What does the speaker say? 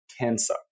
cancer